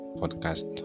podcast